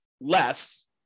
less